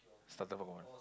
starter Pokemon